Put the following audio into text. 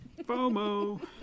FOMO